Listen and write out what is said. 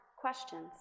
questions